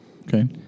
Okay